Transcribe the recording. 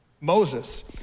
Moses